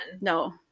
no